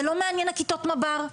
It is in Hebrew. זה לא מעניין הכיתות מב"ר,